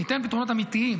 ניתן פתרונות אמיתיים,